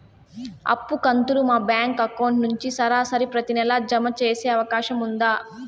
అప్పు కంతులు మా బ్యాంకు అకౌంట్ నుంచి సరాసరి ప్రతి నెల జామ సేసే అవకాశం ఉందా?